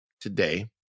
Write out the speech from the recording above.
today